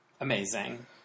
Amazing